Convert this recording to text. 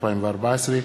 התשע"ה 2014,